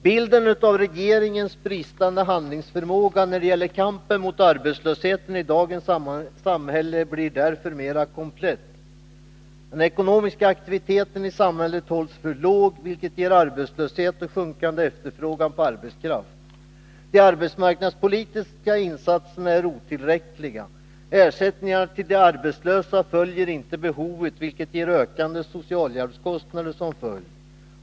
Bilden av regeringens bristande handlingsförmåga när det gäller kampen mot arbetslösheten i dagens samhälle blir därför nu än mer komplett. Den ekonomiska aktiviteten i samhället hålls för låg, vilket ger arbetslöshet och sjunkande efterfrågan på arbetskraft. De arbetsmarknadspolitiska insatsernaärotillräckliga. Ersättningarna till de arbetslösa följer inte behoven, vilket har ökande socialhjälpskostnader till följd.